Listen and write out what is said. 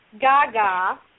GAGA